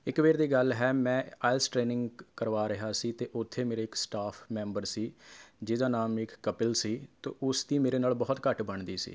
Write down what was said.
ਇੱਕ ਵਾਰ ਦੀ ਗੱਲ ਹੈ ਮੈਂ ਆਈਲਸ ਟ੍ਰੇਨਿੰਗ ਕਰਵਾ ਰਿਹਾ ਸੀ ਅਤੇ ਉੱਥੇ ਮੇਰੇ ਇੱਕ ਸਟਾਫ਼ ਮੈਂਬਰ ਸੀ ਜਿਸ ਦਾ ਨਾਮ ਇੱਕ ਕਪਿਲ ਸੀ ਅਤੇ ਉਸਦੀ ਮੇਰੇ ਨਾਲ ਬਹੁਤ ਘੱਟ ਬਣਦੀ ਸੀ